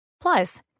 Plus